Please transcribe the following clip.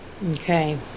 Okay